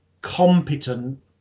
competent